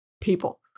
people